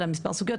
אלא מספר סוגיות.